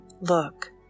Look